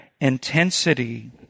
intensity